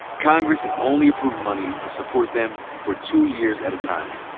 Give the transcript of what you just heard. congress has only approved money to support them for two years at a time.